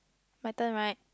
my turn right